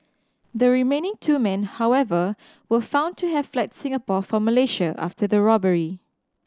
the remaining two men however were found to have fled Singapore for Malaysia after the robbery